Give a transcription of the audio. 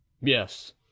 Yes